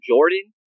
Jordan